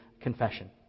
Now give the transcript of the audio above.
Confession